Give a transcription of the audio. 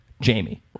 jamie